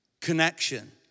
connection